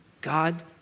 God